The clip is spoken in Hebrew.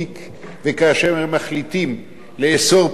וכאשר הם מחליטים לאסור פרסום,